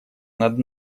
над